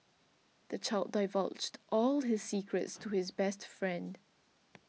the child divulged all his secrets to his best friend